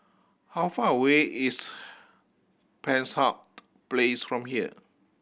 how far away is Penshurst Place from here